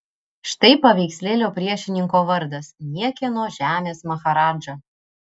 štai paveikslėlio priešininko vardas niekieno žemės maharadža